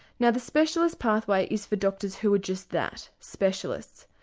now the specialist pathway is for doctors who are just that specialists,